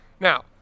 now